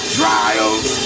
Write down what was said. trials